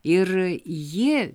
ir ji